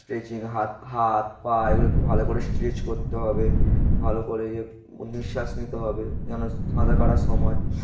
stretching হাত হাত পা এগুলো একটু ভালো করে স্ট্রেচ করতে হবে ভালো করে নিঃশ্বাস নিতে হবে যেন সাঁতার কাটার সময়